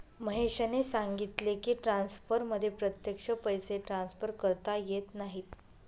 महेशने सांगितले की, ट्रान्सफरमध्ये प्रत्यक्ष पैसे ट्रान्सफर करता येत नाहीत